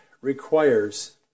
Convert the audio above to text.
requires